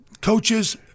coaches